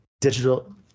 digital